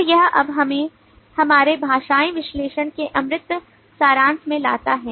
तो यह अब हमें हमारे भाषाई विश्लेषण के अमूर्त सारांश में लाता है